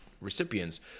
recipients